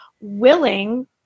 willing